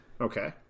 Okay